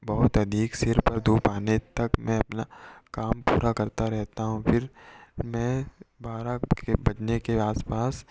बहुत अधिक सिर पर धूप आने तक मैं अपना काम पूरा करता रहता हूँ फिर मैं बारह के बजने के आस पास